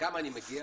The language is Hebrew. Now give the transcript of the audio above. לכמה אני מגיע?